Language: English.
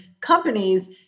companies